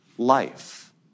life